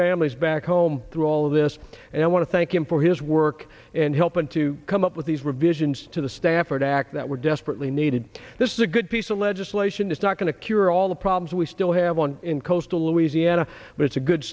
families back home through all of this and i want to thank him for his work in helping to come up with these revisions to the stafford act that were desperately needed this is a good piece of legislation is not going to cure all the problems we still have on in coastal louisiana but it's a good